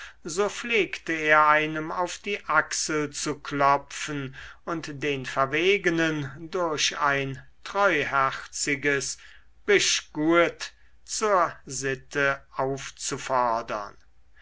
so pflegte er einem auf die achsel zu klopfen und den verwegenen durch ein treuherziges bisch guet zur sitte aufzufordern